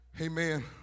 Amen